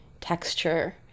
texture